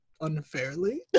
unfairly